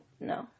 No